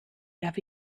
darf